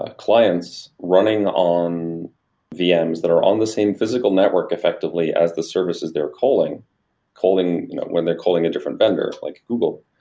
ah clients running on vms that are on the same physical network effectively as the services they're calling calling when they're calling a different vendor like google.